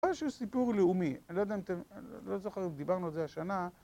איזשהו סיפור לאומי, אני לא יודע אם אתם, אני לא זוכר אם דיברנו על זה השנה